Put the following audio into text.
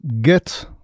get